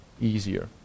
easier